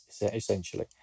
essentially